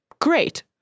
great